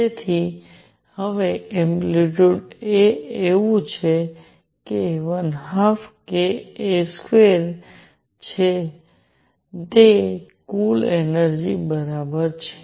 તેથી હવે amplitude A એવું છે કે 12kA2 જે છે તે કુલ એનર્જિ બરાબર છે